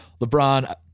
LeBron